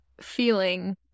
feeling